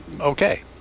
okay